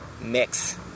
mix